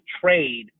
trade